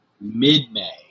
mid-May